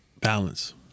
Balance